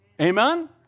Amen